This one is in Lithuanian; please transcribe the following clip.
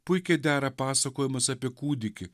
puikiai dera pasakojimas apie kūdikį